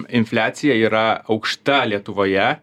infliacija yra aukšta lietuvoje